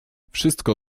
wszystko